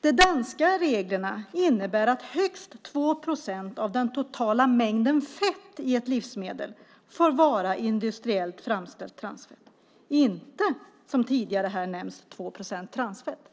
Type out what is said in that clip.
De danska reglerna innebär att högst 2 procent av den totala mängden fett i ett livsmedel får vara industriellt framställt transfett - inte som tidigare har nämnts 2 procent transfett.